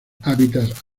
hábitats